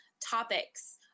topics